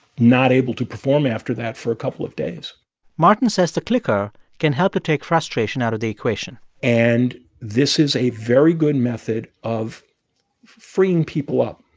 not able to perform after that for a couple of days martin says the clicker can help take frustration out of the equation and this is a very good method of freeing people up,